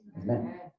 Amen